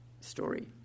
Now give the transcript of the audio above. story